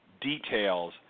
details